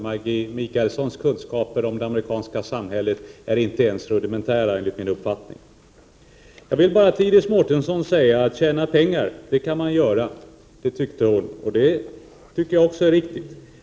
Maggi Mikaelssons kunskaper om det amerikanska samhället är inte ens rudimentära, enligt min uppfattning. Till Iris Mårtensson vill jag säga att tjäna pengar det kan man göra, och det tycker jag också är riktigt.